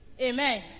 Amen